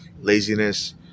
laziness